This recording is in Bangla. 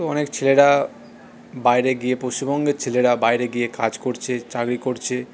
তো অনেক ছেলেরা বাইরে গিয়ে পশ্চিমবঙ্গের ছেলেরা বাইরে গিয়ে কাজ করছে চাকরি করছে